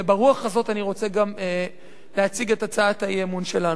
וברוח זו אני רוצה גם להציג את הצעת האי-אמון שלנו.